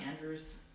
Andrew's